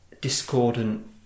discordant